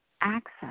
access